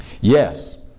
Yes